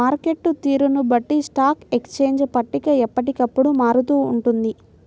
market తీరును బట్టి stock exchange పట్టిక ఎప్పటికప్పుడు మారుతూ ఉంటుంది